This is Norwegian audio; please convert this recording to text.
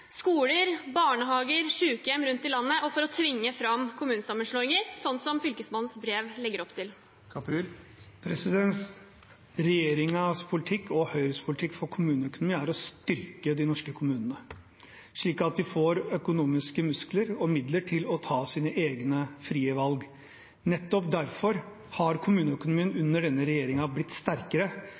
skoler, barnehager og sykehjem rundt i landet og for å tvinge fram kommunesammenslåinger, sånn som fylkesmannens brev legger opp til? Regjeringens og Høyres politikk for kommuneøkonomi er å styrke de norske kommunene slik at de får økonomiske muskler og midler til å ta sine egne frie valg. Nettopp derfor har kommuneøkonomien under denne regjeringen blitt sterkere.